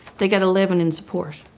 they got eleven in support.